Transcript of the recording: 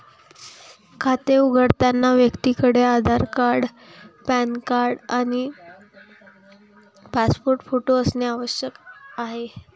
खाते उघडताना व्यक्तीकडे आधार कार्ड, पॅन कार्ड आणि पासपोर्ट फोटो असणे आवश्यक आहे